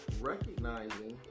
recognizing